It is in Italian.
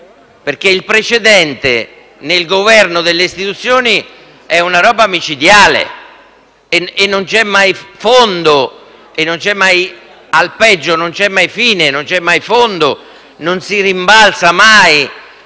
Perché il precedente, nel governo delle istituzioni, è una cosa micidiale e non c'è mai fondo. Al peggio non c'è mai fine, non c'è mai fondo; non si rimbalza mai